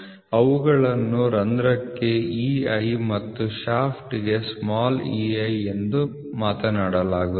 ಅವುಗಳನ್ನು ರಂಧ್ರಕ್ಕೆ EI ಮತ್ತು ಶಾಫ್ಟ್ಗೆ ei ಎಂದು ಮಾತನಾಡಲಾಗುತ್ತದೆ